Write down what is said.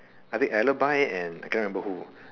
I think and I cannot remember who